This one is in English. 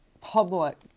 public